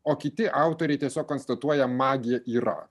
o kiti autoriai tiesiog konstatuoja magija yra